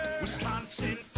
Wisconsin